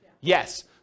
Yes